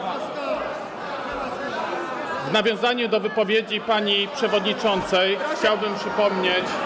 W nawiązaniu do wypowiedzi pani przewodniczącej chciałbym przypomnieć.